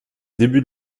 début